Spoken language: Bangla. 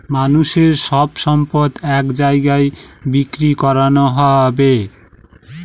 মানুষের সব সম্পত্তি এক জায়গায় বিক্রি করানো হবে